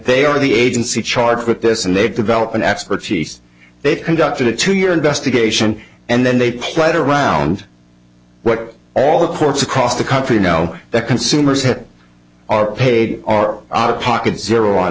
they are the agency charged with this and they develop an expertise they conducted a two year investigation and then they played around what all the courts across the country know that consumers have are paid are out of pocket zero on